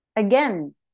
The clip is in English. Again